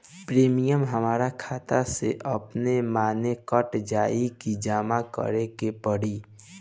Premium हमरा खाता से अपने माने कट जाई की जमा करे के पड़ी?